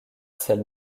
selle